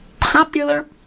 popular